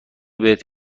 بهت